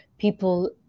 people